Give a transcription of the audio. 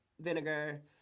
vinegar